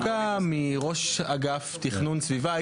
דווקא מראש אגף תכנון סביבה,